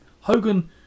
Hogan